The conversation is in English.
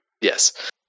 Yes